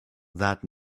that